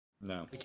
No